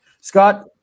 Scott